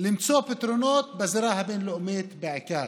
הצליחה למצוא פתרונות, בזירה הבין-לאומית בעיקר.